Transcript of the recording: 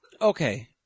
Okay